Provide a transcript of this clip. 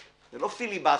זה לא פיליבסטר.